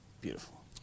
Beautiful